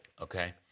Okay